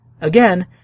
Again